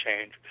change